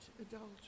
adultery